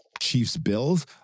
Chiefs-Bills